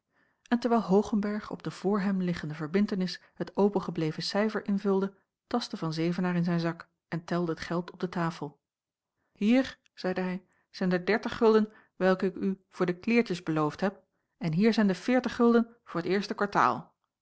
en terwijl hoogenberg op de voor hem liggende verbintenis het opengebleven cijfer invulde tastte van zevenaer in zijn zak en telde het geld op de tafel jacob van ennep laasje evenster ier zeide hij zijn de dertig gulden welke ik u voor de kleêrtjes beloofd heb en hier zijn de veertig gulden voor t eerste kwartaal